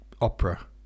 opera